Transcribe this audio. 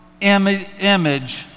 image